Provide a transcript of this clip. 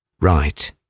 Right